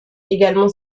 également